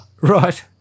Right